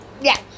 Yes